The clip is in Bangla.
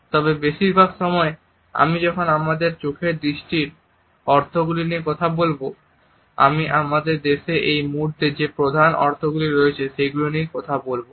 তবে বেশিরভাগ সময় আমি যখন আমাদের চোখের দৃষ্টির অর্থগুলি নিয়ে কথা বলবো আমি আমাদের দেশে এই মুহূর্তে যে প্রধান অর্থগুলি রয়েছে সেগুলো নিয়েই কথা বলবো